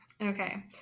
Okay